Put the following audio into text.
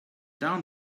down